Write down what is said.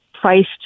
priced